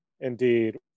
Indeed